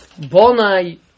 Bonai